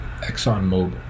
ExxonMobil